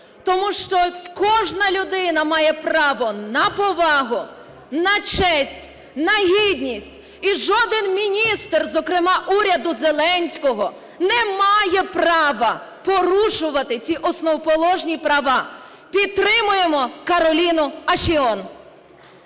Тому що кожна людина має право на повагу, на честь, на гідність, і жоден міністр, зокрема уряду Зеленського, не має права порушувати ці основоположні права. Підтримуємо Кароліну Ашіон.